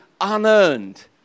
unearned